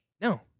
No